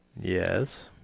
Yes